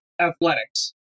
athletics